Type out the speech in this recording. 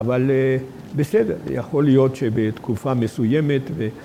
אבל בסדר, יכול להיות שבתקופה מסוימת ו...